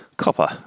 Copper